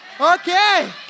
Okay